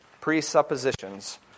Presuppositions